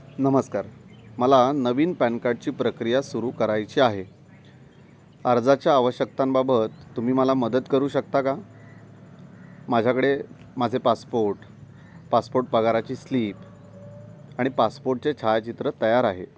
नमस्कार मला नवीन पॅन कार्डची प्रक्रिया सुरू करायची आहे अर्जाच्या आवश्यकतांबाबत तुम्ही मला मदत करू शकता का माझ्याकडे माझे पासपोर्ट पासपोर्ट पगाराची स्लिप आणि पासपोर्टचे छायाचित्र तयार आहे